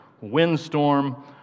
windstorm